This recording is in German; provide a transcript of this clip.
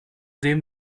dem